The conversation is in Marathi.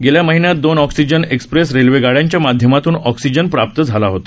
गेल्या महिन्यात दोन ऑक्सीजन एक्सप्रेस रेल्वेगाड्यांच्या माध्यमातून ऑक्सीजन प्राप्त झाला होता